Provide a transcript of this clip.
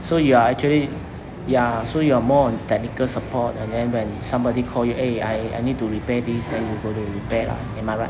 so you are actually ya so you are more on technical support and then when somebody call you eh I I need to repair this then you go there repair lah am I right